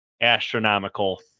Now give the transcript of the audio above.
astronomical